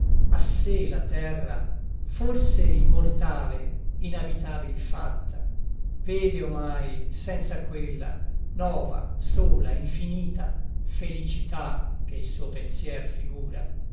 a sé la terra forse il mortale inabitabil fatta vede omai senza quella nova sola infinita felicità che il suo pensier figura